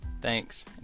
Thanks